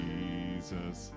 Jesus